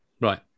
Right